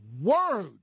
word